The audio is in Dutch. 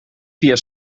via